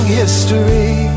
history